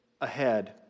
ahead